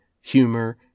humor